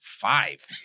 five